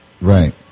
Right